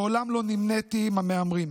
מעולם לא נמניתי עם המהמרים,